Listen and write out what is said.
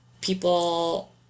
people